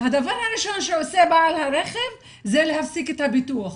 הדבר הראשון שעושה בעל הרכב זה להפסיק את הביטוח,